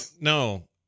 no